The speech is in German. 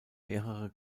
mehrere